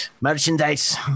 Merchandise